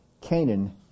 Canaan